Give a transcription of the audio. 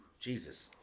Jesus